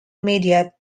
media